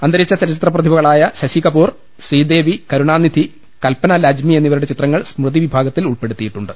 അന്തരിച്ച ചലച്ചിത്ര പ്രതിഭകളായ ശശി കപൂർ ശ്രീദേവി കരുണാനിധി കൽപ്പന ലാജ്മി എന്നിവരുടെ ചിത്രങ്ങൾ സ്മൃതിവിഭാഗത്തിൽ ഉൾപ്പെടുത്തിയിട്ടുണ്ട്